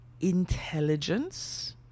intelligence